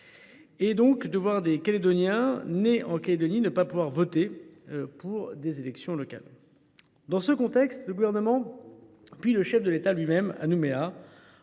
!– et de voir des Calédoniens nés en Calédonie ne pas pouvoir voter à des élections locales. Dans ce contexte, le Gouvernement, puis le Chef de l’État lui même à Nouméa,